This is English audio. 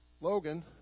Logan